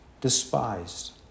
despised